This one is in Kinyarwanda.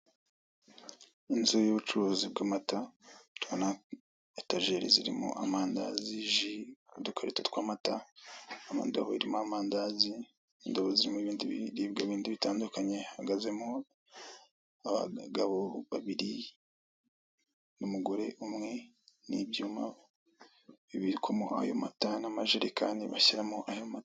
Inzu y'ubucuruzi bw'amata. Ndabona etageri zirimo amandazi, ji, udukarito tw'amata, amadobo arimo amandazi, indobo zirimo ibindi ibiribwa bindi bitandukanye. Ihagazemo abagabo babiri n' umugore umwe n'ibyuma bibikwamo ayo mata, n'amajerekani bashyiramo ayo mata.